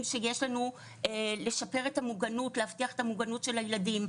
שיש לנו לשפר את המוגנות ולהבטיח את מוגנות הילדים.